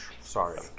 sorry